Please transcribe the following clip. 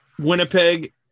Winnipeg